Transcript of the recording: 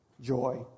joy